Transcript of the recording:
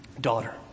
Daughter